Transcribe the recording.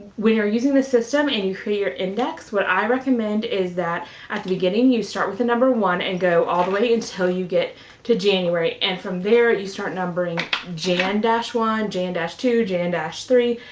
when you're using this system and you create your index, what i recommend is that, at the beginning, you start with the number one and go all the way until you get to january. and from there, you start numbering jan and one, jan and two, jan and so three,